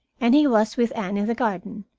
and he was with anne in the garden,